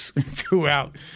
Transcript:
throughout